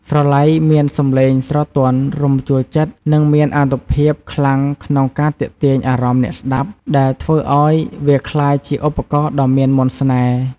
ស្រឡៃមានសំឡេងស្រទន់ រំជួលចិត្ត និងមានអានុភាពខ្លាំងក្នុងការទាក់ទាញអារម្មណ៍អ្នកស្តាប់ ដែលធ្វើឱ្យវាក្លាយជាឧបករណ៍ដ៏មានមន្តស្នេហ៍។